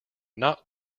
not